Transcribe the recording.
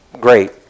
great